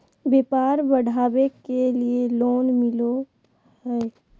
व्यापार बढ़ावे के लिए लोन मिलो है?